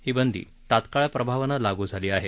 ही बंदी तात्काळ प्रभावानं लागू झाली आहे